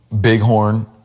bighorn